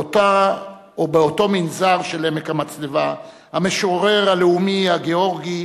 באותו מנזר של עמק המצלבה, המשורר הלאומי הגאורגי